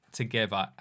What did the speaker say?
together